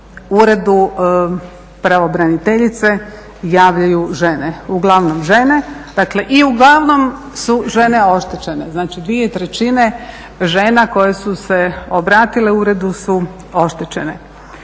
Uredu pravobraniteljice javljaju žene, uglavnom žene. Dakle, i uglavnom su žene oštećene. Znači, dvije trećine žena koje su se obratile uredu su oštećene.